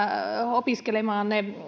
opiskelemaan ne